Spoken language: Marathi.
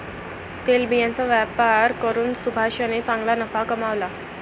तेलबियांचा व्यापार करून सुभाषने चांगला नफा कमावला